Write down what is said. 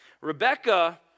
Rebecca